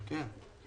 כן.